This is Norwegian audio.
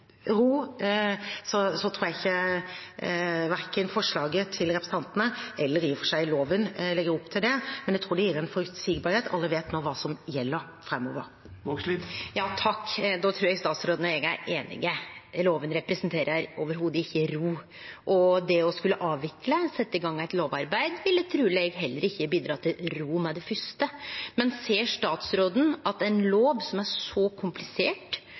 verken forslaget til representantene eller i og for seg loven legger opp til det, men jeg tror det gir en forutsigbarhet; alle vet nå hva som gjelder framover. Eg trur statsråden og eg er einige. Lova representerer slett ikkje ro, og det å skulle avvikle han, setje i gang eit lovarbeid, ville truleg heller ikkje bidra til ro med det fyrste. Men ser statsråden at når det gjeld ei lov som er så komplisert,